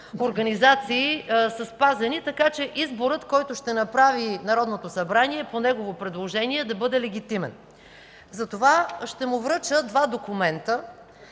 организации са спазени, така че изборът, който ще направи Народното събрание по негово предложение, да бъде легитимен. Затова ще му връча два документа